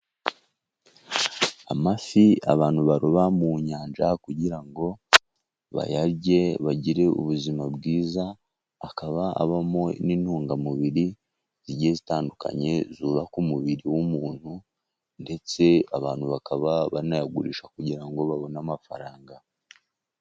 Amafi abantu baroba mu nyanja, kugira ngo bayarye bagire ubuzima bwiza. Akaba abamo n'intungamubiri zigiye zitandukanye zubaka umubiri w'umuntu, ndetse abantu bakaba banayagurisha kugira ngo babone amafaranga.